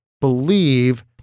believe